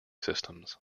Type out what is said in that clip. systems